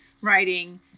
writing